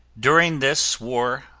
during this, war,